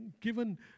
given